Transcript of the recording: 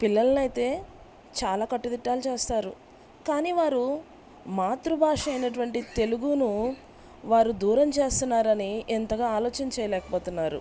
పిల్లలనైతే చాలా కట్టుదిట్టాలు చేస్తారు కానీ వారు మాతృభాష అయిన అటువంటి తెలుగును వారు దూరం చేస్తున్నారని ఎంతగా ఆలోచన చేయలేకపోతున్నారు